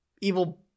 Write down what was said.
evil